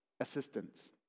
assistance